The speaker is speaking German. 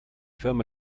firma